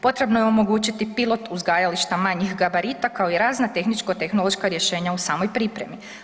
Potrebno je omogućiti pilot uzgajališta manjih gabarita kao i razna tehničko tehnološka rješenja u samoj pripremi.